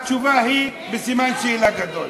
התשובה היא: בסימן שאלה גדול.